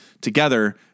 together